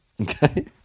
Okay